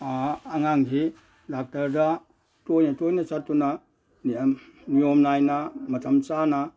ꯑꯉꯥꯡꯁꯤ ꯗꯥꯛꯇꯔꯗ ꯇꯣꯏꯅ ꯇꯣꯏꯅ ꯆꯠꯇꯨꯅ ꯅꯤꯌꯣꯝ ꯅꯥꯏꯅ ꯃꯇꯝ ꯆꯥꯅ